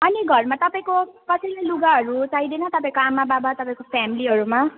अनि घरमा तपाईँको कसैलाई लुगाहरू चाहिँदैन तपाईँको आमा बाबा तपाईँको फ्यामिलीहरूमा